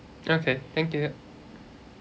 okay thank you